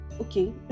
okay